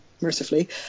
mercifully